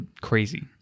crazy